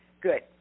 Good